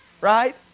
right